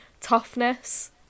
toughness